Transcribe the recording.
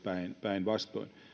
päinvastoin